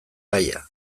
gaia